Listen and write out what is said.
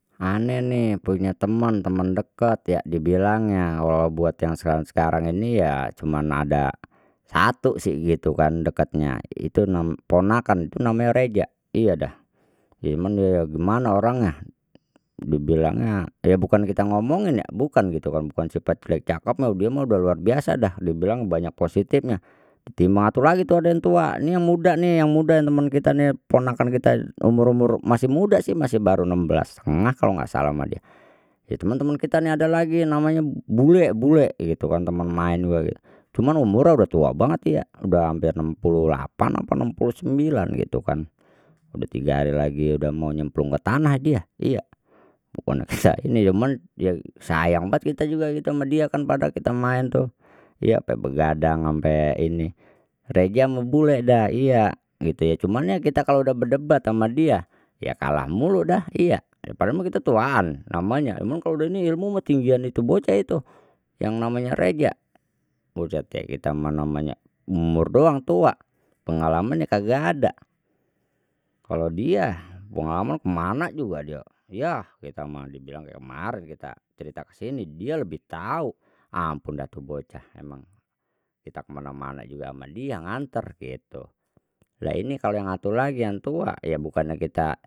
Ane nih punya temen temen dekat yak dibilangnya walau buat yang sekarang sekarang ini ya cuman ada satu sih gitu kan dekatnya itu ponakan namanye reza iya dah, ya man ya gimana orangnya dibilangnya ya bukan kita ngomongin ya bukan gitu kan bukan sifatnye cakep mah dia mah sudah luar biasa dah dia bilang banyak positifnya tim atu lagi tuh ada yang tua ini yang muda nih yang muda yang teman kita ini ponakan kita umur umur masih muda sih masih baru enem belas setengah kalau enggak salah sama dia ya teman teman kita ini ada lagi namanya bule bule gitu kan teman main gue gitu cuman umurnya udah tua banget ya udah hampir enem puluh lapan apa enem puluh sembilan gitu kan, udah tiga hari lagi udah mau nyemplung ke tanah dia, iya bukan bisa ini cuma dia sayang banget kita juga kita sama dia kan pada kita main tuh ya ampe begadang ampe ini reza ma bule dah iya gitu ya cuma ya kita kalau udah berdebat sama dia ya kalah mulu dah iya padahal mah kita tuaan namanya emang kalau udah ini ilmu mah ketinggian itu bocah itu yang namanya reja, buset deh kita namanya umur doang tua, pengalamannya kagak ada, kalau dia pengalaman ke mana juga dia yah kita mah dia bilang kayak kemarin kita cerita ke sini, dia lebih tahu ampun dah tu bocah memang, kita ke mana mana juga sama dia ngantar gitu lah ini kalau yang atu lagi yang tua ya bukannya kita.